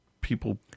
people